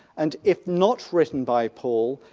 and if not written by paul,